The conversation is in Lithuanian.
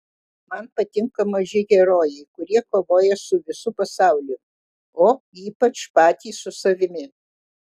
man patinka maži herojai kurie kovoja su visu pasauliu o ypač patys su savimi